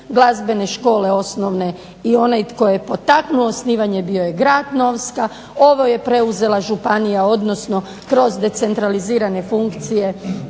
glazbene škole osnovne i onaj tko je potaknuo osnivanje bio je grad Novska, ovo je preuzela županija odnosno kroz decentralizirane funkcije